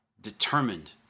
determined